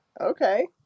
okay